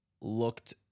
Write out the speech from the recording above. looked